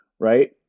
Right